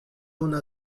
una